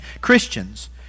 Christians